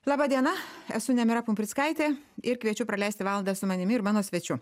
laba diena esu nemira pumprickaitė ir kviečiu praleisti valandą su manimi ir mano svečiu